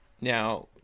now